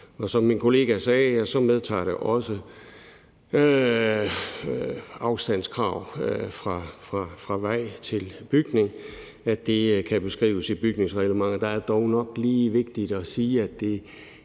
Og som min kollega sagde, medtager det også afstandskrav fra vej til bygning, i forhold til at det kan beskrives i bygningsreglementet. Der er det dog nok lige vigtigt at sige, at det